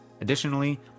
Additionally